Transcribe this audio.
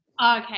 okay